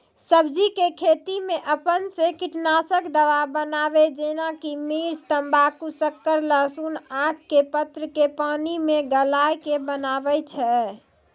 सब्जी के खेती मे अपन से कीटनासक दवा बनाबे जेना कि मिर्च तम्बाकू शक्कर लहसुन आक के पत्र के पानी मे गलाय के बनाबै छै?